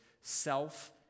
self